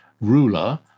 ruler